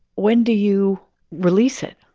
when do you release it?